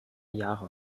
jahre